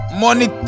money